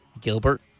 Gilbert